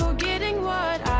getting wood